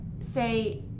say